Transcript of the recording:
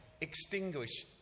extinguish